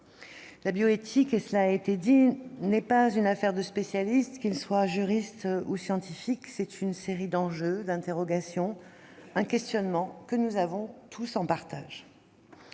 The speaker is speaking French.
la bioéthique- cela a été dit -n'est pas une affaire de spécialistes, juristes ou scientifiques : c'est une série d'enjeux et d'interrogations, un questionnement, que nous avons tous en partage.